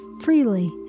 freely